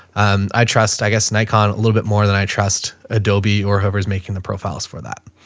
um, i trust, i guess an icon a little bit more than i trust adobe or whoever's making the profiles for that.